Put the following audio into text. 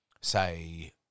say